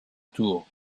tour